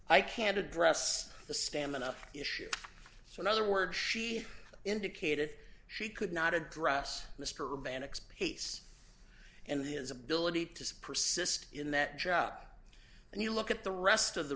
i can't address the stamina issue so in other words she indicated she could not address mr banach space and his ability to persist in that job and you look at the rest of the